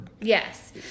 Yes